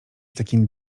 takim